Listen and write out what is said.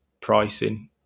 pricing